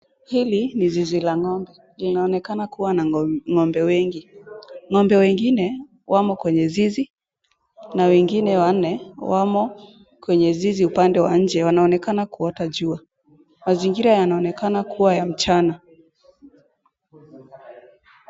Hili ni zizi la ng'ombe. Linaonekana kuwa na ng'ombe wengi.Ng'ombe wengine wamo kwenye zizi na wengine wanne wamo kwenye zizi upande wa nje. Wanaonekana kuota jua. Mazingira yanaonekana kuwa ya mchana.